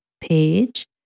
page